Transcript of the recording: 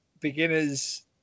beginner's